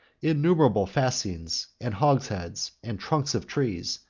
innumerable fascines, and hogsheads, and trunks of trees,